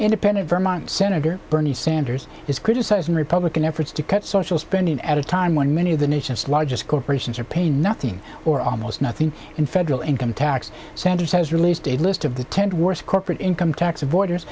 independent vermont senator bernie sanders is criticizing republican efforts to cut social spending at a time when many of the nation's largest corporations are paying nothing or almost nothing in federal income tax sanders has released a list of the tenth worst corporate income tax avoiders